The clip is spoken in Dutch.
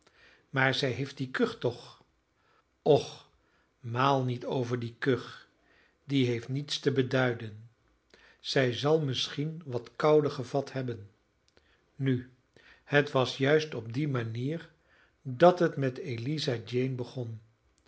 maar zij heeft die kuch toch och maal niet over die kuch die heeft niets te beduiden zij zal misschien wat koude gevat hebben nu het was juist op die manier dat het met eliza jane begon